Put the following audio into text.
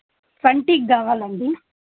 ట్వంటీకి కావాలి అండి